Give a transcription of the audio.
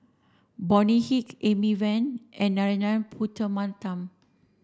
Bonny Hick Amy Van and Narana Putumaippittan